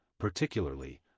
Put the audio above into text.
particularly